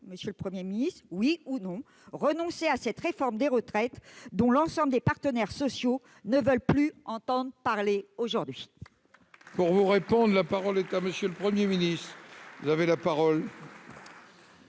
monsieur le Premier ministre, oui ou non, renoncer à cette réforme des retraites, dont l'ensemble des partenaires sociaux ne veulent plus entendre parler aujourd'hui ? La parole est à M. le Premier ministre. Monsieur le